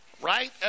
right